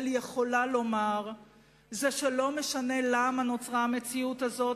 יכולה לומר הוא שלא משנה למה נוצרה המציאות הזאת,